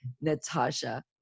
Natasha